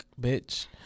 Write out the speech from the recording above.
bitch